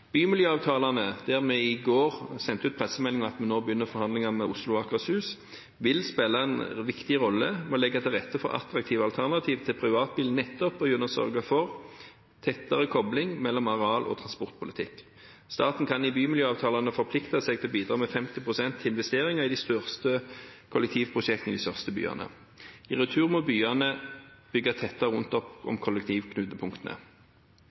Bymiljøavtalene – og vi sendte i går ut pressemelding om at vi nå begynner forhandlinger med Oslo og Akershus – vil spille en viktig rolle med å legge til rette for attraktive alternativer til privatbilen, nettopp gjennom å sørge for tettere kobling mellom areal- og transportpolitikk. Staten kan i bymiljøavtalene forplikte seg til å bidra med 50 pst. investeringer i de største kollektivprosjektene i de største byene. I retur må byene bygge tettere rundt